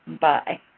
Bye